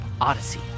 Odyssey